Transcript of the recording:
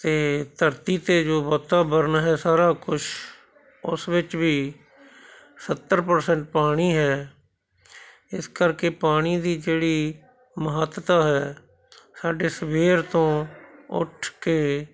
ਅਤੇ ਧਰਤੀ 'ਤੇ ਜੋ ਵਾਤਾਵਰਨ ਹੈ ਸਾਰਾ ਕੁਛ ਉਸ ਵਿੱਚ ਵੀ ਸੱਤਰ ਪ੍ਰਸੈਂਟ ਪਾਣੀ ਹੈ ਇਸ ਕਰਕੇ ਪਾਣੀ ਦੀ ਜਿਹੜੀ ਮਹੱਤਤਾ ਹੈ ਸਾਡੇ ਸਵੇਰ ਤੋਂ ਉੱਠ ਕੇ